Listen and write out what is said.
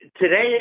Today